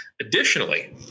Additionally